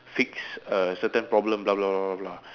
fix a certain problem blah blah blah blah blah